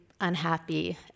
unhappy